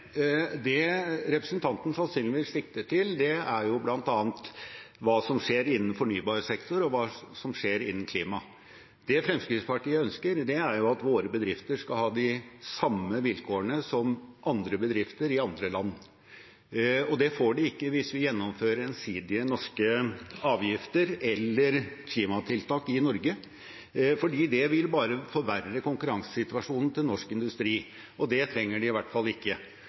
det representanten sannsynligvis sikter til, er bl.a. hva som skjer innen fornybar sektor, og hva som skjer innen klima. Det Fremskrittspartiet ønsker, er at våre bedrifter skal ha de samme vilkårene som andre bedrifter, i andre land, og det får de ikke hvis vi gjennomfører ensidige norske avgifter eller klimatiltak i Norge. Det vil bare forverre konkurransesituasjonen til norsk industri, og det trenger de i hvert fall ikke.